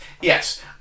Yes